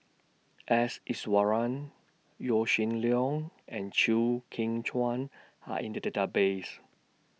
S Iswaran Yaw Shin Leong and Chew Kheng Chuan Are in The Database